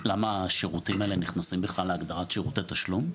למה השירותים האלה נכנסים בכלל להגדרת שירותי תשלום?